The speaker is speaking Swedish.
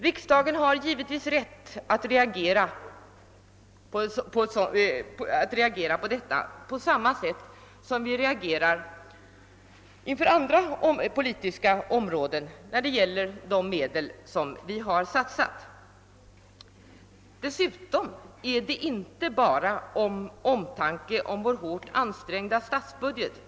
Riksdagen har givetvis rätt att reagera på detta på samma sätt som den reagerar inom andra politiska områden när det gäller de medel den har satsat — och det inte bara av omtanke om vår hårt ansträngda statsbudget.